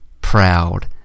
proud